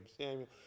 Samuel